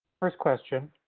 first question,